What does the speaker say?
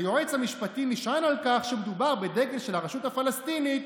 "היועץ המשפטי נשען על כך שמדובר בדגל של הרשות הפלסטינית,